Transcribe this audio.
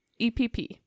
EPP